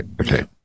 Okay